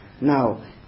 Now